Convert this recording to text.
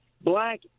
black